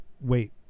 wait